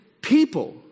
people